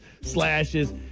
slashes